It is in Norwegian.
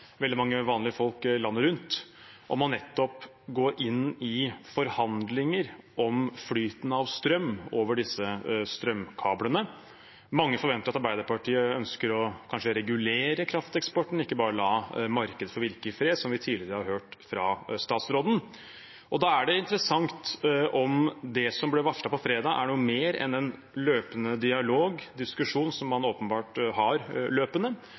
veldig mange vanlige folk landet rundt, om nettopp å gå inn i forhandlinger om flyten av strøm over disse strømkablene. Mange forventer at Arbeiderpartiet kanskje ønsker å regulere krafteksporten, ikke bare la markedet få virke i fred, som vi tidligere har hørt fra statsråden. Da er det interessant om det som ble varslet på fredag, er noe mer enn en løpende dialog – en diskusjon som man åpenbart har løpende